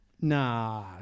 Nah